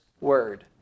word